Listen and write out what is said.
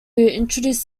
introduce